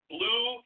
Blue